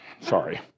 sorry